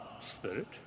spirit